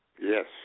Yes